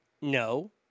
no